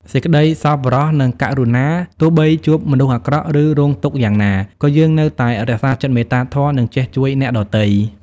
សេចក្តីសប្បុរស និងករុណា ទោះបីជួបមនុស្សអាក្រក់ ឬរងទុក្ខយ៉ាងណា ក៏យើងនៅតែរក្សាចិត្តមេត្តាធម៌ និងចេះជួយអ្នកដទៃ។